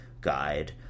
guide